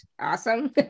Awesome